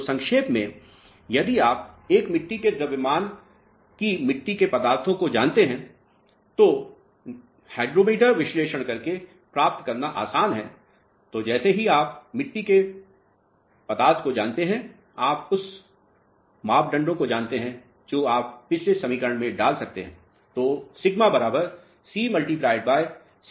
तो संक्षेप में यदि आप एक मिट्टी के द्रव्यमान की मिट्टी के पदार्थको जानते हैं जो कि हाइड्रोमीटर विश्लेषण करके प्राप्त करना काफी आसान है तो जैसे ही आप मिट्टी के पदार्थ को जानते हैं आप उन मापदंडों को जानते हैं जो आप पिछले समीकरणों में डाल सकते हैं